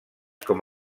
com